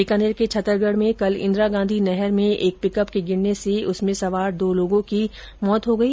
बीकानेर के छतरगढ़ में कल इंदिरा गांधी नहर में एक पिकअप के गिरने से उसमें सवार दो लोगों की मौत हो गई